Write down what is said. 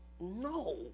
no